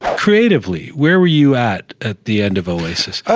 creatively, where were you at at the end of oasis?